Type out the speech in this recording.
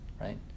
right